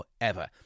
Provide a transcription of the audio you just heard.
forever